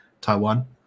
Taiwan